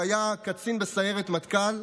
שהיה קצין בסיירת מטכ"ל,